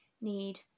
need